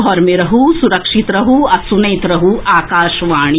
घर मे रहू सुरक्षित रहू आ सुनैत रहू आकाशवाणी